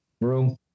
Room